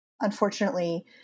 Unfortunately